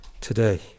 today